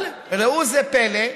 אבל ראו זה פלא,